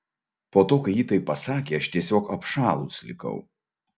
po to kai ji taip pasakė aš tiesiog apšalus likau